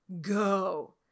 go